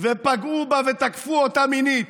ופגעו בה ותקפו אותה מינית.